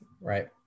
right